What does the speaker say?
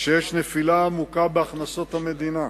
כשיש נפילה עמוקה בהכנסות המדינה.